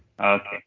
Okay